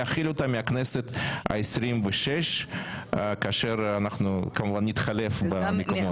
להחיל אותה מהכנסת ה-26 כאשר אנחנו כמובן נתחלף במקומות.